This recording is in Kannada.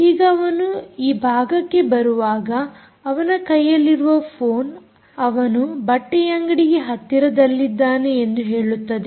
ಈಗ ಅವನು ಈ ಭಾಗಕ್ಕೆ ಬರುವಾಗ ಅವನ ಕೈಯಲ್ಲಿರುವ ಫೋನ್ ಅವನು ಬಟ್ಟೆಯಂಗಡಿಗೆ ಹತ್ತಿರದಲ್ಲಿದ್ದಾನೆ ಎಂದು ಹೇಳುತ್ತದೆ